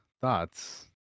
thoughts